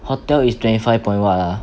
hotel is twenty five point what ah